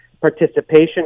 participation